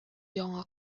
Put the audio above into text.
яңа